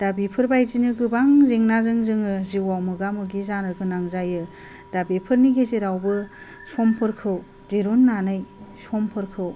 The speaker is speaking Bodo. दा बेफोरबादि गोबां जेंनाजों जोङो जिउ आव मोगा मोगि जानो गोनां जायो दा बेफोरनि गेजेरावबो समफोरखौ दिहुन्नानै समफोरखौ